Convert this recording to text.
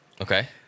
Okay